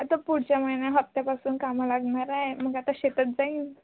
आता पुढच्या महिन्या हप्त्यापासून कामं लागणार आहे मग आता शेतात जाईन